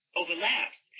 overlaps